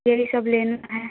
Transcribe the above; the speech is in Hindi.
यही सब लेना है